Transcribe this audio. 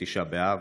בתשעה באב,